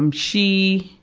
um she,